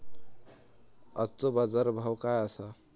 आजचो बाजार भाव काय आसा?